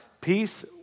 peace